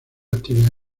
actividad